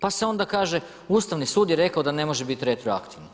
Pa se onda kaže Ustavni sud je rekao da ne može biti retroaktivno.